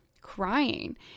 crying